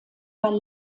bei